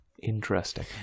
Interesting